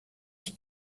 ich